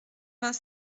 vingt